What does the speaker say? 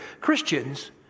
Christians